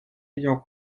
ayant